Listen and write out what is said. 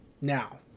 now